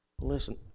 Listen